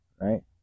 right